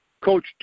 Coach